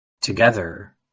Together